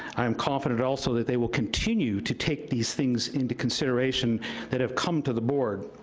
i am confident also that they will continue to take these things into consideration that have come to the board.